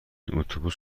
اتوبوس